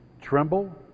Tremble